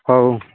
ହଉ